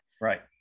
Right